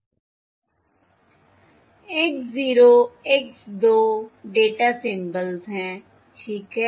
X0 X2 data symbols हैं ठीक है